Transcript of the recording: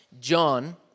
John